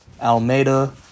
Almeida